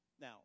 Now